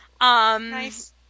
Nice